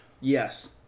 Yes